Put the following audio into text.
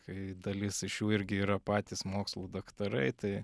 kai dalis iš jų irgi yra patys mokslų daktarai tai